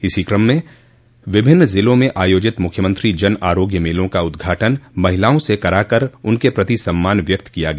इस क्रम में विभिन्न ज़िलों में आयोजित मुख्यमंत्री जन आरोग्य मेलों का उद्घाटन महिलाओं से करा कर उनके प्रति सम्मान व्यक्त किया गया